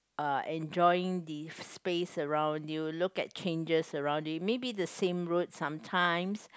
uh enjoying the space around you look at changes around you maybe the same road sometimes